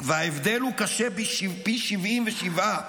וההבדל הוא קשה פי שבעים ושבעה,